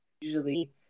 usually